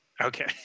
Okay